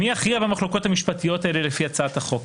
מי יכריע במחלוקות המשפטיות האלה לפי הצעת החוק?